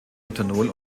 ethanol